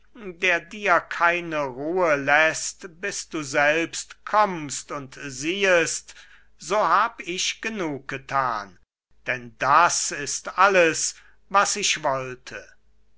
der dir keine ruhe läßt bis du selbst kommst und siehest so hab ich genug gethan denn das ist alles was ich wollte